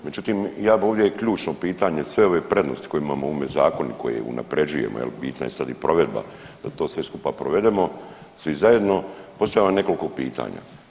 Međutim, ja bi ovdje ključno pitanje sve ove prednosti koje imamo u ovome zakonu koje unapređujemo jel pitanje sad i provedba, da to sve skupa provedemo svi zajedno, postavio bi vam nekoliko pitanja.